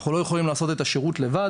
אנחנו לא יכולים לעשות את השירות לבד,